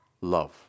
love